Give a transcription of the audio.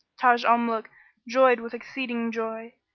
taj al-muluk joyed with exceeding joy,